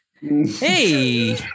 Hey